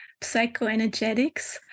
psychoenergetics